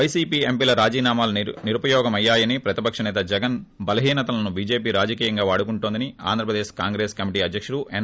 పైసీపీ ఎంపీల రాజీనామాలు నిరుపయోగ మయ్యాయని ప్రతిపక్ష సేత జగన్ బలహీనతలను బీజేపీ రాజకీయంగా వాడుకుంటోందని ఆంధ్రప్రేదేశ్ కాంగ్రెస్ కమిటీ అధ్యక్తుడు ఎన్